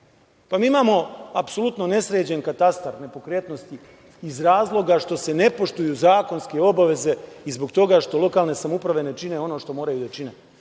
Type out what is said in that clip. Pa, mi imamo apsolutno nesređen katastar nepokretnosti, iz razloga što se ne poštuju zakonske obaveze i zbog toga što lokalne samouprave ne čine ono što moraju da čine,